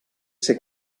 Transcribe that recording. ser